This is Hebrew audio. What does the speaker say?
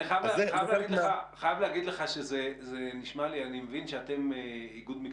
אני חייב להגיד לך שזה נשמע לי אני מבין שאתם איגוד מקצועי,